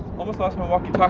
almost lost my walkie